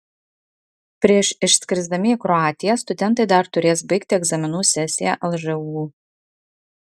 prieš išskrisdami į kroatiją studentai dar turės baigti egzaminų sesiją lžūu